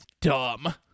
dumb